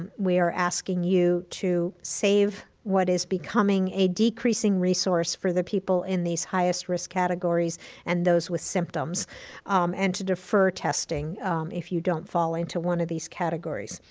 and we are asking you to save what is becoming a decreasing resource for the people in these highest risk categories and those with symptoms um and to defer testing if you don't fall into one of these categories.